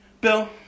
Bill